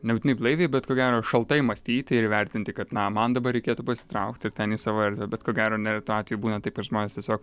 nebūtinai blaiviai bet ko gero šaltai mąstyti ir įvertinti kad na man dabar reikėtų pasitraukti ten į savo erdvę bet ko gero neretu atveju būna taip kad žmonės tiesiog